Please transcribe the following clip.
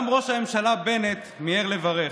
גם ראש הממשלה בנט מיהר לברך,